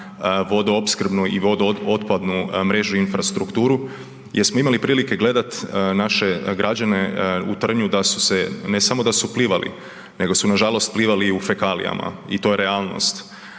vodoopskrbnu i vodootpadnu mrežu infrastrukturu gdje smo imali prilike gledat naše građane u Trnju da su se, ne samo da su plivali nego su nažalost plivali u fekalijama i to je realnost.